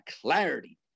clarity